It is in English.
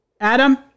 Adam